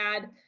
add –